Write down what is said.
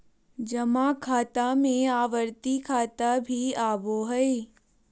जमा खाता में आवर्ती खाता भी आबो हइ